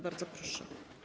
Bardzo proszę.